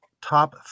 top